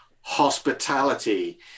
hospitality